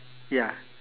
ya